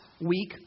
week